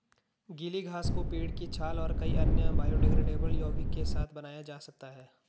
गीली घास को पेड़ की छाल और कई अन्य बायोडिग्रेडेबल यौगिक के साथ बनाया जा सकता है